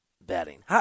betting